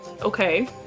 Okay